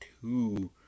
two